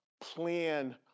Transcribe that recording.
plan